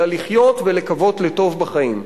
אלא לחיות ולקוות לטוב בחיים.